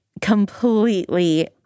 completely